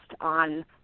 on